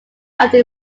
after